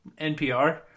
NPR